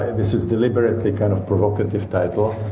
this is deliberately kind of provocative title.